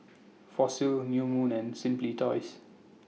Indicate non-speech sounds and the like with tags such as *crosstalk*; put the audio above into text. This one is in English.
*noise* Fossil New Moon and Simply Toys